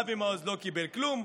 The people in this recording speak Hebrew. ואבי מעוז לא קיבל כלום,